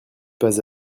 pas